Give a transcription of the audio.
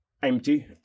Empty